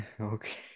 okay